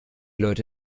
leute